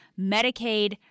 Medicaid